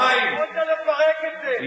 יכולתם לפרק את זה.